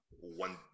One